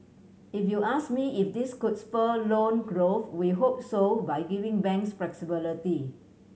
if you ask me if this could spur loan growth we hope so by giving banks flexibility